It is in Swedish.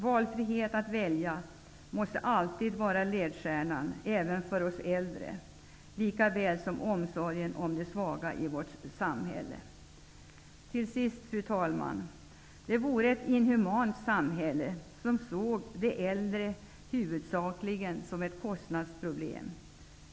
Valfrihet att välja måste alltid vara ledstjärnan, även för oss äldre, likaväl som omsorgen om de svaga i vårt samhälle. Till sist, fru talman, ett samhälle som huvudsakligen ser de äldre som ett kostnadsproblem, vore ett inhumant samhälle.